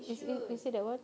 is it is it that [one]